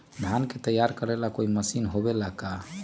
धान के तैयार करेला कोई मशीन होबेला का?